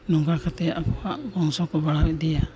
ᱱᱚᱝᱠᱟ ᱠᱟᱛᱮᱫ ᱟᱠᱚᱣᱟᱜ ᱵᱚᱝᱥᱚ ᱠᱚ ᱵᱟᱲᱦᱟᱣ ᱤᱫᱤᱭᱟ